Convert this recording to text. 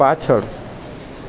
પાછળ